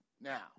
Now